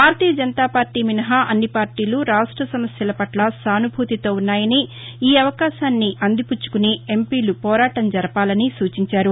భారతీయ Janata Party మినహా అన్ని పార్టీలు రాష్ట్ర సమస్యల పట్ల సానుభూతితో ఉన్నాయని ఈ అవకాశాన్ని అందిపుచ్చుకొని ఎంపీలు పోరాటం జరపాలని ఆయన సూచించారు